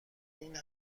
این